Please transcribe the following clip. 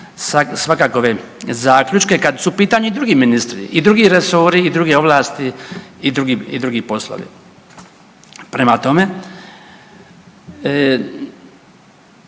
svakakove zaključke kad su u pitanju i drugi ministri i drugi resori i druge ovlasti i drugi poslovi. Prema tome,